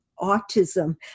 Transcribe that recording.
autism